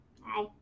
Hi